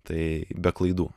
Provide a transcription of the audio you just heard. tai be klaidų